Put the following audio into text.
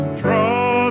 draw